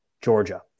Georgia